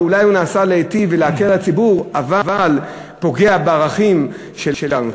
שאולי הוא נעשה להיטיב ולהקל על הציבור אבל פוגע בערכים שלנו.